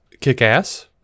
kick-ass